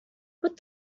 what